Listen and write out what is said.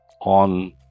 on